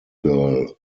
girl